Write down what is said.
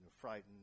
frightened